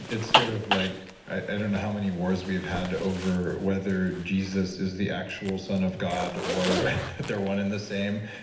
it's sort of like, i don't know how many wars we've had over whether jesus is the actual son of god or they're one in the same,